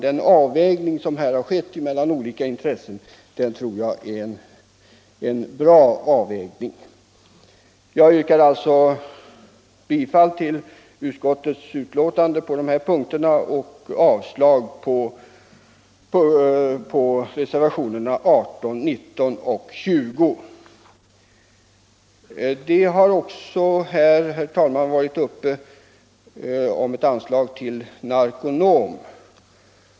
Den avvägning som här har skett mellan olika intressen tror jag alltså, herr talman, är en klok avvägning. Man har i debatten också diskuterat ett anslag till Narconon.